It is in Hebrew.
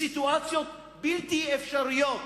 בסיטואציות בלתי אפשריות.